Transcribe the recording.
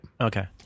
Okay